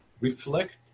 reflect